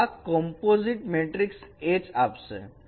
તો આ મને કમ્પોસીટ મેટ્રીક્સ H આપશે